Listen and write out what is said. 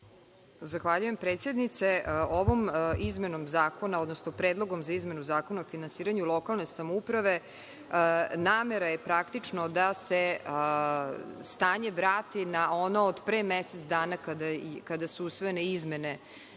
Zahvaljujem, predsednice. Ovim predlogom za izmenu Zakona o finansiranju lokalne samouprave namera je praktično da se stanje vrati na ono od pre mesec dana kada su usvojene izmene